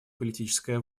политическая